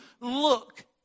look